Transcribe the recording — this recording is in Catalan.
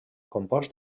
compost